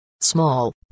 Small